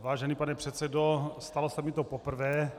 Vážený pane předsedo, stalo se mi to poprvé.